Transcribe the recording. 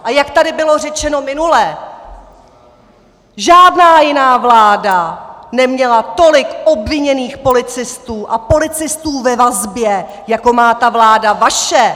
A jak tady bylo řečeno minule, žádná jiná vláda neměla tolik obviněných policistů a policistů ve vazbě, jako má ta vláda vaše.